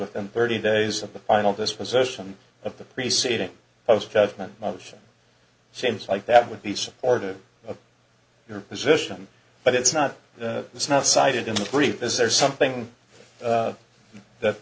with and thirty days of the final disposition of the preceding post judgment motion seems like that would be supportive of your position but it's not the it's not cited in the brief is there something that